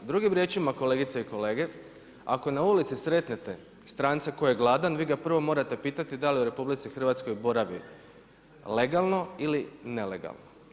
Drugim riječima, kolegice i kolege, ako na ulici sretnete stranca koji je gladan, vi ga prvo morate pitati da li je u RH boravio legalno ili nelegalno.